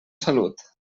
salut